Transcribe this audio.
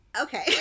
okay